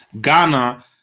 Ghana